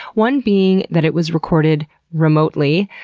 one being that it was recorded remotely.